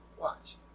watch